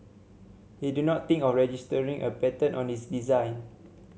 he did not think of registering a patent on his design